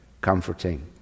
comforting